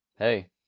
hey